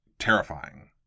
terrifying